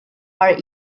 are